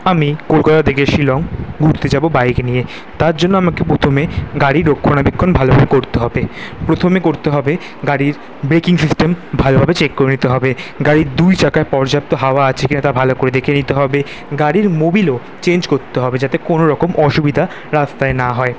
আমি কলকাতা থেকে শিলং ঘুরতে যাব বাইক নিয়ে তার জন্য আমাকে প্রথমে গাড়ি রক্ষণাবেক্ষণ ভালোভাবে করতে হবে প্রথমে করতে হবে গাড়ির ব্রেকিং সিস্টেম ভালোভাবে চেক করে নিতে হবে গাড়ির দুই চাকায় পর্যাপ্ত হাওয়া আছে কিনা তা ভালো করে দেখে নিতে হবে গাড়ির মোবিলও চেঞ্জ করতে হবে যাতে কোনো রকম অসুবিধা রাস্তায় না হয়